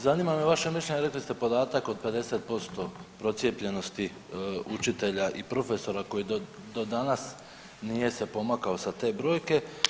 Zanima me vaše mišljenje, rekli ste podatak od 50% procijepljenosti učitelja i profesora koji do danas nije se pomakao sa te brojke.